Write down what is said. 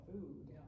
food